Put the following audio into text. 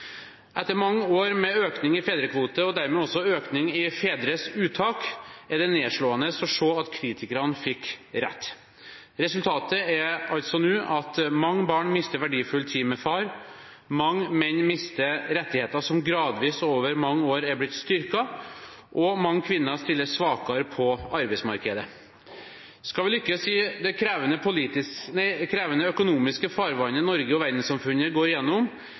Etter mange år med økning i fedrekvoten og dermed også økning i fedres uttak, er det nedslående å se at kritikerne fikk rett. Resultatet er altså nå at mange barn mister verdifull tid med far. Mange menn mister rettigheter som gradvis over mange år er blitt styrket. Og mange kvinner stiller svakere på arbeidsmarkedet. Skal vi lykkes i det krevende økonomiske farvannet Norge og verdenssamfunnet går